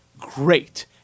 great